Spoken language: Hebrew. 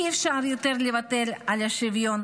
אי-אפשר יותר לוותר על השוויון